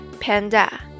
Panda